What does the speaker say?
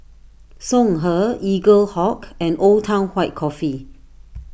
Songhe Eaglehawk and Old Town White Coffee